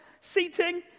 seating